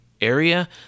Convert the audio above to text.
area